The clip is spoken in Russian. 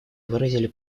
выразили